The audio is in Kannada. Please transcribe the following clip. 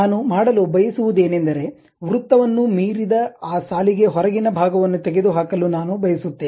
ನಾನು ಮಾಡಲು ಬಯಸುವದೇನೆಂದರೆ ವೃತ್ತವನ್ನು ಮೀರಿದ ಆ ಸಾಲಿನ ಹೊರಗಿನ ಭಾಗವನ್ನು ತೆಗೆದುಹಾಕಲು ನಾನು ಬಯಸುತ್ತೇನೆ